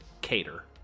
cater